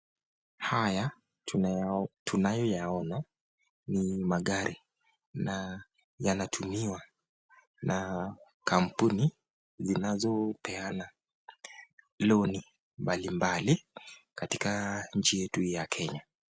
Haya tunayo yaona ni magari, na yanatumiwa na kampuni zinazopeana loni mbalimbali katika nchi yetu ya Kenya.